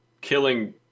killing